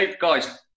Guys